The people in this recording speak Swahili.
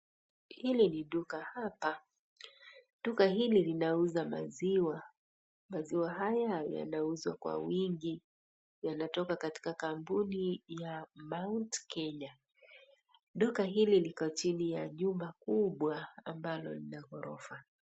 Hili ni duka hapa. Duka hili linauza maziwa. Maziwa haya yanauzwa kwa wingi, yanatoka katika kampuni ya Mount Kenya . Duka hili liko chini ya jumba kubwa ambalo lina ghorofa.